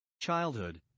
childhood